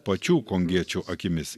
pačių kongiečių akimis